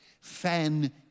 fan